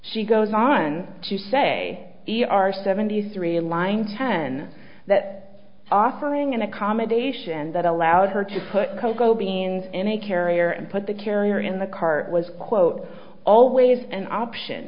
she goes on to say e r seventy three line ten that offering an accommodation that allowed her to put cocoa beans in a carrier and put the carrier in the car was quote always an option